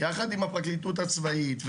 יחד עם הפרקליטות הצבאית,